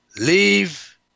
leave